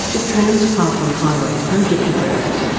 the trans papuan highway project agreement.